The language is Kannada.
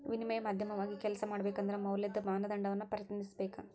ವಿನಿಮಯ ಮಾಧ್ಯಮವಾಗಿ ಕೆಲ್ಸ ಮಾಡಬೇಕಂದ್ರ ಮೌಲ್ಯದ ಮಾನದಂಡವನ್ನ ಪ್ರತಿನಿಧಿಸಬೇಕ